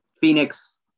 phoenix